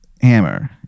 hammer